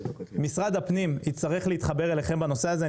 משרד הפנים הצטרך להתחבר אליכם בנושא הזה.